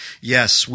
Yes